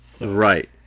Right